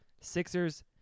Sixers